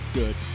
good